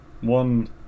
one